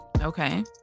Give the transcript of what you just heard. Okay